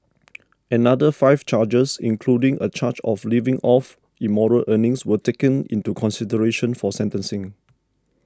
another five charges including a charge of living off immoral earnings were taken into consideration for sentencing